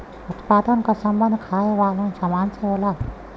उत्पादन क सम्बन्ध खाये वालन सामान से होला